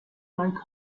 like